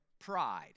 pride